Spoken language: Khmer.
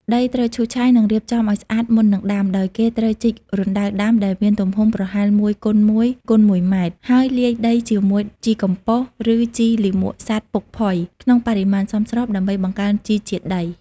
ដីត្រូវឈូសឆាយ និងរៀបចំឱ្យស្អាតមុននឹងដាំ ដោយគេត្រូវជីករណ្តៅដាំ ដែលមានទំហំប្រហែល ១ x ១ x ១ ម៉ែត្រ ហើយលាយដីជាមួយ ជីកំប៉ុស្ត ឬជីលាមកសត្វពុកផុយ ក្នុងបរិមាណសមរម្យដើម្បីបង្កើនជីជាតិដី។